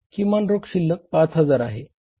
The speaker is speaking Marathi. किमान रोख शिल्लक 5000 आहे